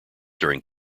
during